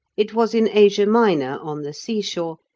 it was in asia minor, on the seashore,